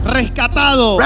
rescatado